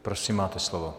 Prosím, máte slovo.